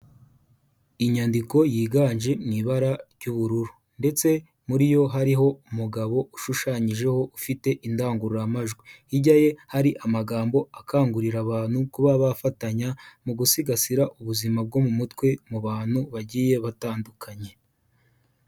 Inyandiko yiganje mu ibara ry'ubururu, ndetse muri yo hariho umugabo ushushanyijeho ufite indangururamajwi, hirya ye hari amagambo akangurira abantu kuba bafatanya mu gusigasira ubuzima bwo mu mutwe mu bantu bagiye batandukanye.